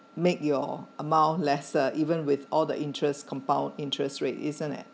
make your amount lesser even with all the interest compound interest rate isn't it